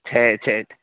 छे छे